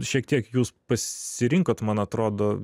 šiek tiek jūs pasirinkot man atrodo